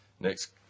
Next